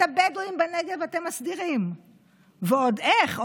את הבדואים בנגב אתם מסדירים ועוד איך,